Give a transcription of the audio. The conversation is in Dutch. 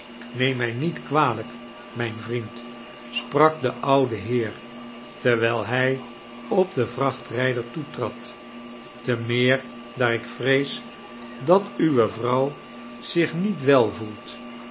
neem mij niet kwalijk mijn vriend sprak de oude heer terwijl hij op den vrachtrijder toetrad te meer daar ik vrees dat uwe vrouw zich niet wel voelt